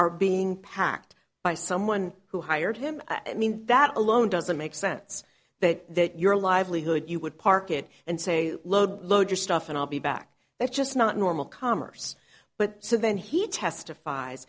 are being packed by someone who hired him i mean that alone doesn't make sense that your livelihood you would park it and say load load your stuff and i'll be back that's just not normal commerce but so then he testifie